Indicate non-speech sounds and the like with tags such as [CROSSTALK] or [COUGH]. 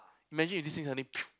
imagine if this thing suddenly [NOISE]